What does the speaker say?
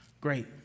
Great